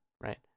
right